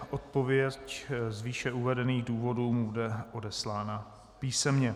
Odpověď z výše uvedených důvodů mu bude odeslána písemně.